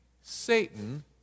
Satan